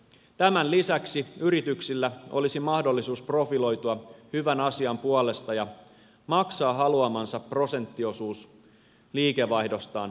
tämän lisäksi yrityksillä olisi mahdollisuus profiloitua hyvän asian puolesta ja maksaa haluamansa prosenttiosuus liikevaihdostaan tähän kehitysapuun